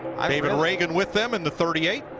david ragan with them in the thirty eight.